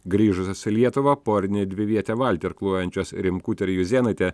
grįžusios į lietuvą porinę dvivietę valtį irkluojančios rimkutė ir juzėnaitė